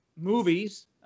movies